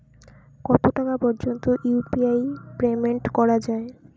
কত টাকা পর্যন্ত ইউ.পি.আই পেমেন্ট করা যায়?